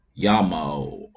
Yamo